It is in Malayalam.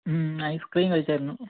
ഐസ്ക്രീം കഴിച്ചായിരുന്നു